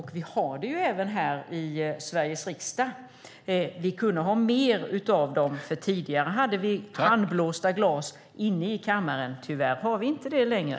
Vi har det här i Sveriges riksdag, och vi kunde ha mer av det. Tidigare hade vi handblåsta glas i kammaren, men tyvärr har vi inte det längre.